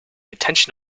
attention